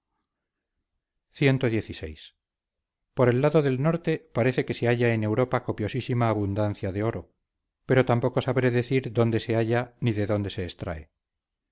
recinto cxvi por el lado del norte parece que se halla en europa copiosísima abundancia de oro pero tampoco sabré decir dónde se halla ni de dónde se extrae